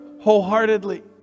wholeheartedly